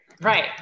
Right